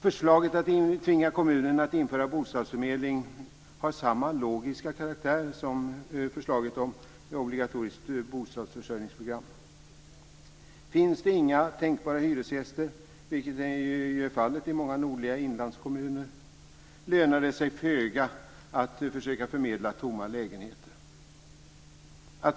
Förslaget att tvinga kommunerna att införa bostadsförmedling har samma logiska karaktär som förslaget om obligatoriskt bostadsförsörjningsprogram. Finns det inga tänkbara hyresgäster, vilket är fallet i många nordliga inlandskommuner, lönar det sig föga att försöka förmedla tomma lägenheter.